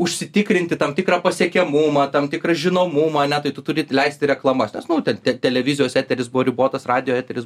užsitikrinti tam tikrą pasiekiamumą tam tikrą žinomumą ne tai tu turi leisti reklamas nes nu ten televizijos eteris buvo ribotas radijo eteris